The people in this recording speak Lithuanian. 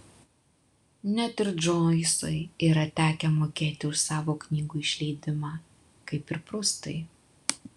net ir džoisui yra tekę mokėti už savo knygų išleidimą kaip ir prustui